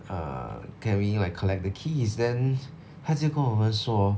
uh can we like collect the keys then 他就跟我们说